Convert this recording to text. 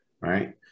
right